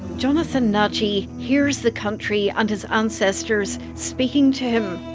jonathan nadji hears the country and his ancestors speaking to him,